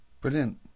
Brilliant